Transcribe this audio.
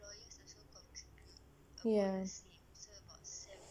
ya